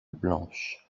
blanche